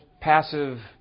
passive